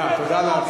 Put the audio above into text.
זמנך תם, לא?